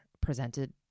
presented